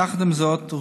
יחד עם זאת,